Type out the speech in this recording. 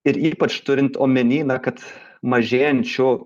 ir ypač turint omeny kad mažėjančių